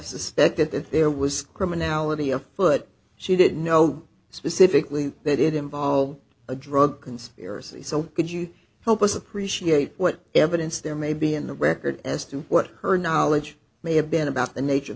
suspected that there was criminality of what she did know specifically that it involved a drug conspiracy so could you help us appreciate what evidence there may be in the record as to what her knowledge may have been about the nature of